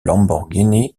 lamborghini